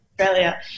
Australia